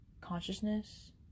consciousness